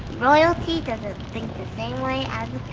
royalty doesn't think the same way as